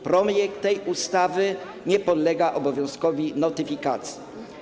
Projekt tej ustawy nie podlega obowiązkowi notyfikacji.